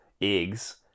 eggs